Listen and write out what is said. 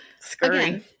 scary